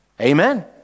Amen